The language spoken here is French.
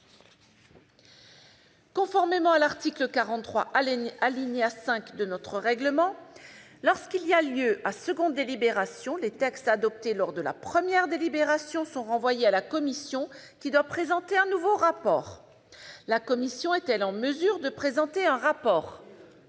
Conformément à l'article 43, alinéa 5, de notre règlement, « lorsqu'il y a lieu à seconde délibération, les textes adoptés lors de la première délibération sont renvoyés à la commission, qui doit présenter un nouveau rapport ». La commission est-elle en mesure de présenter un rapport ?